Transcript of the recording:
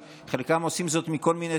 חלקם עושים זאת מטעמים כלכליים,